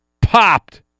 popped